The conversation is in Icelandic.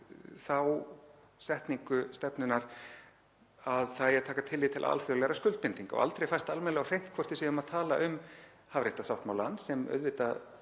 við þá setningu stefnunnar að það eigi að taka tillit til alþjóðlegra skuldbindinga. Aldrei fæst almennilega á hreint hvort við séum að tala um hafréttarsáttmálann sem auðvitað